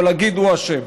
אבל להגיד: הוא אשם.